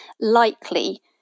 likely